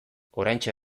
oraintxe